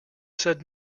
said